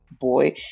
boy